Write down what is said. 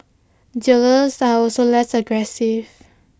dealers are also less aggressive